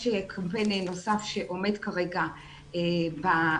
יש קמפיין נוסף שעומד כרגע בקנה,